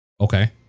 Okay